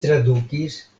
tradukis